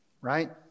right